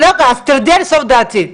תרדי לסוף דעתי.